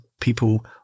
people